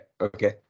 okay